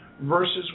versus